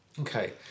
Okay